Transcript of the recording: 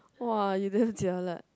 !wow! you really jialat